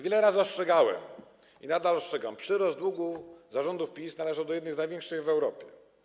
Wiele razy ostrzegałem, i nadal ostrzegam, przyrost długu za rządów PiS należy do jednych z największych w Europie.